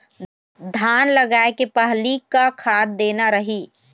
धान लगाय के पहली का खाद देना रही?